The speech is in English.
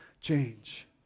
change